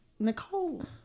Nicole